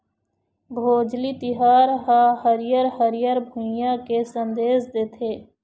भोजली तिहार ह हरियर हरियर भुइंया के संदेस देथे